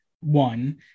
one